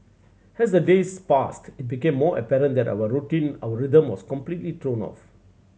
as the days passed it became more apparent that our routine our rhythm was completely thrown off